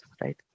right